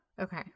Okay